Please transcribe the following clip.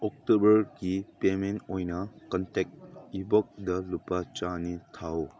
ꯑꯣꯛꯇꯣꯕꯔꯒꯤ ꯄꯦꯃꯦꯟ ꯑꯣꯏꯅ ꯀꯟꯇꯦꯛ ꯏꯕꯣꯛꯗ ꯂꯨꯄꯥ ꯆꯥꯅꯤ ꯊꯥꯎ